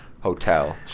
hotel